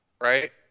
right